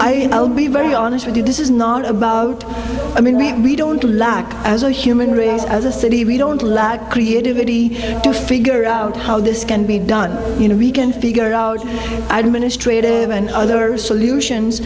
and i'll be very honest with you this is not about i mean we don't do lack as a human race as a city we don't lack creativity to figure out how this can be done you know we can figure out administratively and other solutions